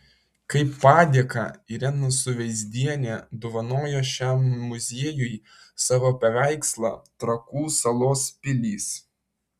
kaip padėką irena suveizdienė dovanojo šiam muziejui savo paveikslą trakų salos pilys